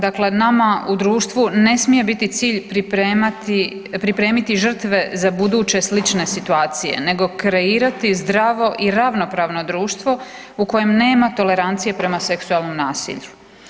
Dakle, nama u društvu ne smije biti cilj pripremiti žrtve za buduće slične situacije nego kreirati zdravo i ravnopravno društvo u kojem nema tolerancije prema seksualnom nasilju.